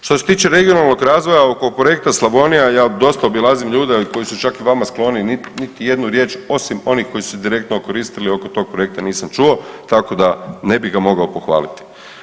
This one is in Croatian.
Što se tiče regionalnog razvoja oko Projekta Slavonija, ja dosta obilazim ljude koji su čak i vama skloni, niti jednu riječ osim onih koji su se direktno okoristili oko tog projekta nisam čuo tako da ne bih ga mogao pohvaliti.